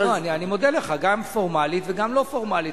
לא, אני מודה לך, גם פורמלית וגם לא פורמלית.